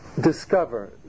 discover